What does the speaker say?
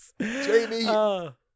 Jamie